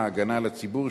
הגנה על הציבור,